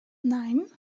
nein